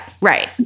right